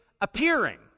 appearing